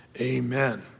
amen